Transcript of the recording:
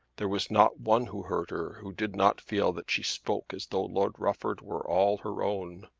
there was not one who heard her who did not feel that she spoke as though lord rufford were all her own.